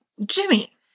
Jimmy